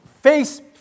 face